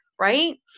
Right